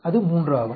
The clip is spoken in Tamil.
அது 3 ஆகும்